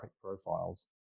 profiles